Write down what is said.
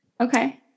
Okay